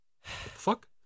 fuck